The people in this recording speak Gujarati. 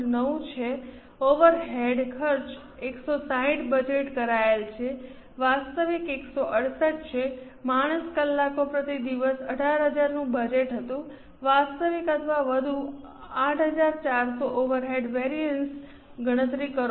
9 છે ઓવરહેડ ખર્ચ 160 બજેટ કરાયેલ છે વાસ્તવિક 168 છે માણસ કલાકો પ્રતિ દિવસ 8000 નું બજેટ હતું વાસ્તવિક અથવા વધુ 8400 ઓવરહેડ વેરિએન્સીસગણતરી કરો